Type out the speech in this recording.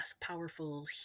powerful